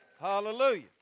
Hallelujah